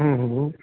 हूं हूं हूं